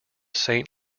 saint